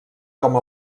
com